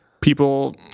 people